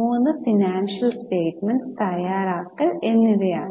മൂന്ന് financial statements തയ്യാറാക്കൽ എന്നിവയാണ്